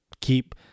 keep